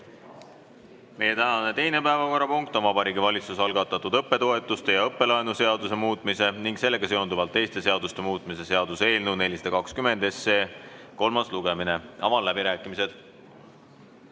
Meie tänane teine päevakorrapunkt on Vabariigi Valitsuse algatatud õppetoetuste ja õppelaenu seaduse muutmise ning sellega seonduvalt teiste seaduste muutmise seaduse eelnõu 420 kolmas lugemine. Avan läbirääkimised.